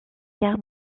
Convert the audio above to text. guerre